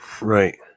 right